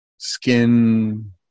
Skin